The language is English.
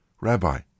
Rabbi